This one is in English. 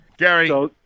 Gary